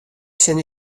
tsjin